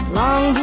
long